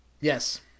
Yes